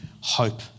hope